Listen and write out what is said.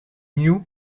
new